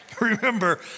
Remember